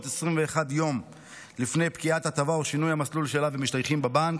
21 יום לפני פקיעת הטבה או שינוי המסלול שאליו הם משתייכים בבנק.